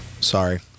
sorry